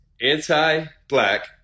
anti-black